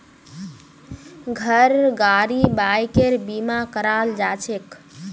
घर गाड़ी बाइकेर बीमा कराल जाछेक